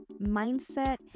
mindset